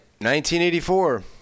1984